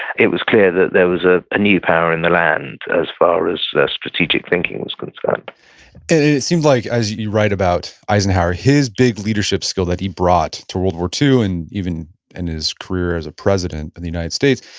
it was clear that there was ah a new power in the land as far as strategic thinking was concerned it seems like as you write about eisenhower, his big leadership skill that he brought to world war ii, and even in his career as a president in the united states,